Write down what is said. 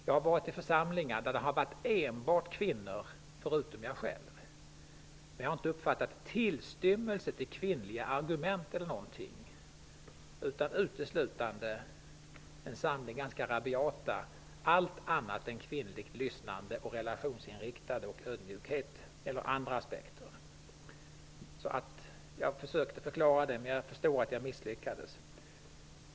Jag har vistats i församlingar där det förutom jag själv enbart har varit kvinnor. Men jag inte uppfattat en tillstymmelse till kvinnliga argument, utan det har uteslutande varit en samling ganska rabiata argument med allt annat än kvinnligt lyssnande, relationsinriktning, ödmjukhet eller andra aspekter. Jag försökte förklara detta, men jag förstår att jag misslyckades.